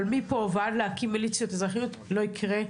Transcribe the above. אבל מפה ועד להקים מיליציות אזרחיות, לא יקרה.